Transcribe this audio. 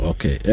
Okay